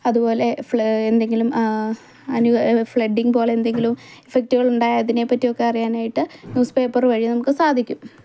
അതുപോലെ എന്തെങ്കിലും ഫ്ലഡ്ഡിങ് പോലെ എന്തെങ്കിലും ഇഫക്റ്റുകൾ ഉണ്ടായതിനെപ്പറ്റി ഒക്കെ അറിയാൻ ആയിട്ട് ന്യൂസ് പേപ്പർ വഴി നമുക്ക് സാധിക്കും